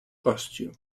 costume